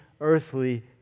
earthly